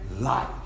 life